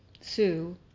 Sue